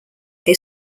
they